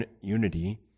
unity